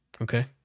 Okay